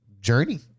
journey